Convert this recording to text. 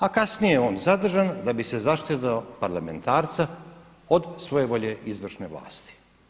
A kasnije je on zadržan da bi se zaštitilo parlamentarca od svoje volje izvršne vlasti.